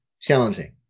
challenging